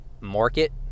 market